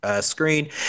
screen